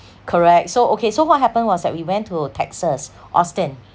correct so okay so what happened was that we went to texas austin